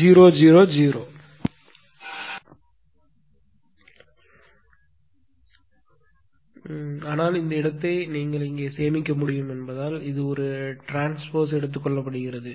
0 0 0 ஆனால் அந்த இடத்தை இங்கே சேமிக்க முடியும் என்பதால் ஒரு ட்ரான்ஸ்போஸ் எடுத்துக் கொள்ளப்படுகிறது